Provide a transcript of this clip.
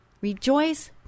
Rejoice